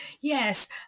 Yes